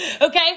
okay